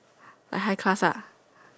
like high class lah